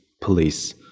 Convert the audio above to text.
police